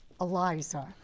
Eliza